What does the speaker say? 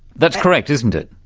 that's correct, isn't it?